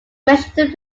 mentioned